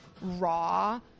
raw